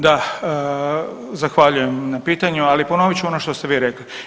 Da, zahvaljujem na pitanju ali ponovit ću ono što ste vi rekli.